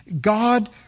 God